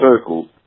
Circle